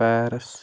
Paris